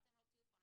אתם לא תהיו כאן,